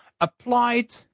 applied